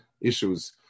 issues